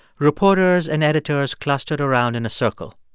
reporters and editors clustered around in a circle.